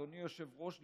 אדוני היושב-ראש,